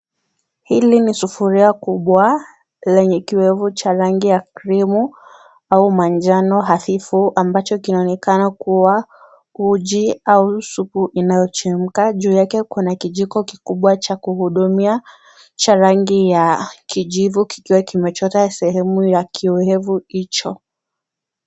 Hili ni sufuri kubwa lenye kiowevu cha rangi ya crimu au manjano hafifu ambacho kinaonekana kuwa uji au supu inayochemka juu yake kuna kijiko kikubwa cha kuhudumia cha rangi ya kijivu kikiwa kimechota sehemu ya kiowevu hicho.